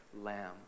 lamb